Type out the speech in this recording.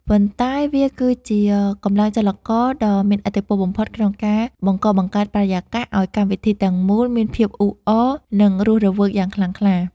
ប៉ុន្តែវាគឺជាកម្លាំងចលករដ៏មានឥទ្ធិពលបំផុតក្នុងការបង្កបង្កើតបរិយាកាសឱ្យកម្មវិធីទាំងមូលមានភាពអ៊ូអរ និងរស់រវើកយ៉ាងខ្លាំងក្លា។